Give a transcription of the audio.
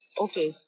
okay